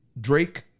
Drake